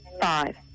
five